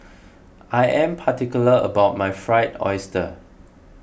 I am particular about my Fried Oyster